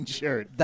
shirt